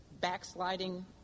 backsliding